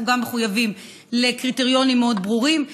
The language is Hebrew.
אנחנו גם מחויבים לקריטריונים מאוד ברורים,